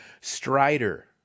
Strider